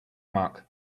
mark